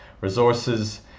resources